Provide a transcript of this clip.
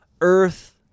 earth